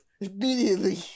Immediately